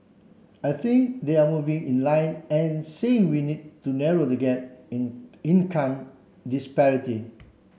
I think they are moving in line and saying we need to narrow the gap in income disparity